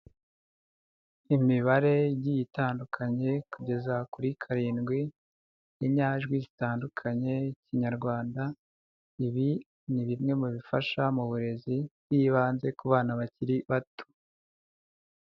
Imibare igiye itandukanye kugeza kuri karindwi, n'inyajwi zitandukanye z'ikinyarwanda, ibi ni bimwe mu bifasha mu burezi bw'ibanze ku bana bakiri bato.